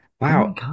Wow